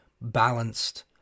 balanced